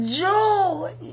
joy